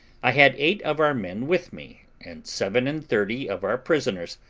i had eight of our men with me, and seven-and-thirty of our prisoners,